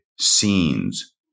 scenes